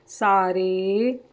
ਸਾਰੇ